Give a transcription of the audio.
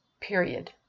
Period